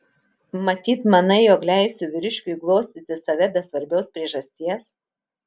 matyt manai jog leisiu vyriškiui glostyti save be svarbios priežasties